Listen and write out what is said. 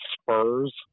spurs